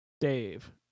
dave